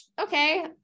okay